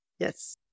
Yes